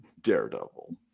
Daredevil